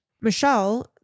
Michelle